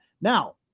Now